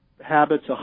habits